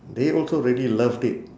they also really loved it